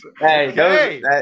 Hey